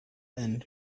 and